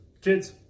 kids